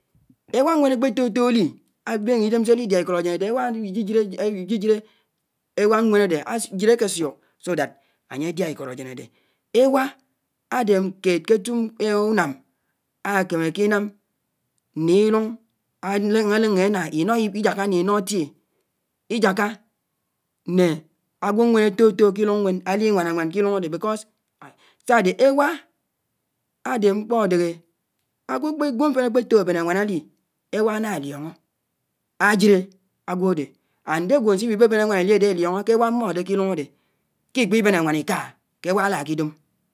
Éwá ñwén akpé tòtòú ábéngé ídém sé líchá íkód ájén ádé éwá ámí jíjíré éwá ñwén ádé, ájíré ákésùk sòdàt ányé chá ìkód ájén ádé, Éwá ádé kéd kétù ùnám ákémékínám nílùñ áléñé ánaínó, íjáká né ínó átié, íjáká né ágwò ñwén áfòtò kílùñ ñwén álíwanáwán kílùn ádé became, sádé éwá ádé mkpó ádéhé ágwò ágwòmféṉ ákpéfò ábén ánwán áli, éwá ánálíóñó ájíré ágwòdé, ándégwó ánsíwí bébén ánwán íli ádé álíóñó ké éwá mmódé kílùñ ádé kikpíbén ánwán íká kěwá álákidòm.